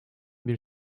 bir